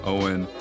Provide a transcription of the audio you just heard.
Owen